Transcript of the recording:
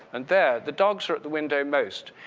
and there, the dogs are at the window most.